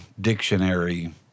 dictionary